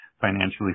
financially